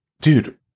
Dude